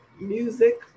music